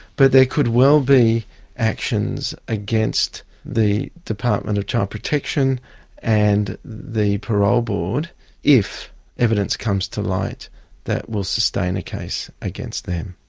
but there could well be actions against the department of child protection and the parole board if evidence comes to light that will sustain a case against them.